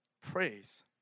Praise